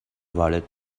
وارد